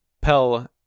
pell